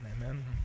Amen